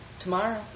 Tomorrow